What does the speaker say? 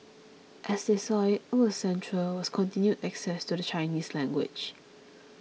as they saw it what was central was continued access to the Chinese language